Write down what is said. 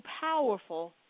powerful